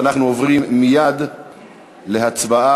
ואנחנו עוברים מייד להצבעה